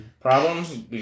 Problems